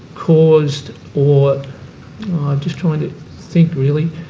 caused or i'm just trying to think, really.